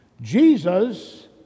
Jesus